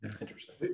Interesting